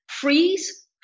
freeze